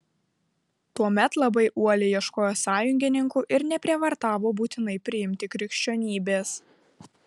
tuomet labai uoliai ieškojo sąjungininkų ir neprievartavo būtinai priimti krikščionybės